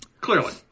clearly